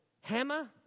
hammer